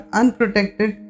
unprotected